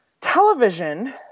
television